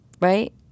right